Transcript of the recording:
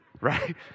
right